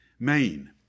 Maine